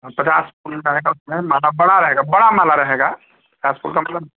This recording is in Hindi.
हाँ पचास फूल रहेगा उसमे माला बड़ा रहेगा बड़ा माला रहेगा आपको कम से कम